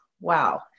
Wow